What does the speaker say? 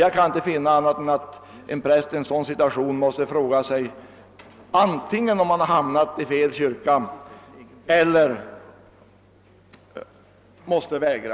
Jag kan inte finna annat än att en präst i en sådan situation måste antingen konstatera att han har hamnat i fel kyrka eller vägra att viga.